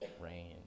rain